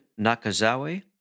Nakazawa